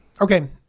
Okay